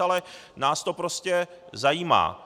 Ale nás to prostě zajímá.